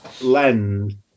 lend